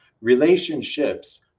Relationships